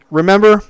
remember